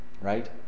right